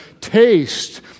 taste